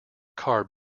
car